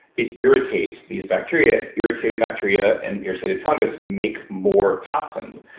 it irritates these bacteria. irritated bacteria and irritated fungus make more toxins,